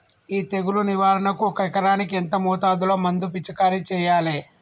ఈ తెగులు నివారణకు ఒక ఎకరానికి ఎంత మోతాదులో మందు పిచికారీ చెయ్యాలే?